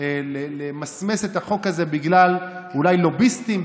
למסמס את החוק הזה בגלל לוביסטים,